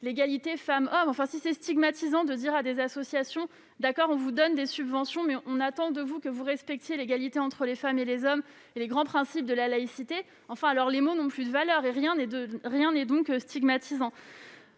et les hommes. Si c'est stigmatisant de dire à des associations « d'accord, on vous donne des subventions, mais on attend de vous que vous respectiez l'égalité entre les femmes et les hommes et les grands principes de la laïcité », alors les mots n'ont plus de valeur et rien n'est stigmatisant